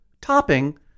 topping